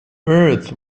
earth